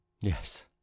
Yes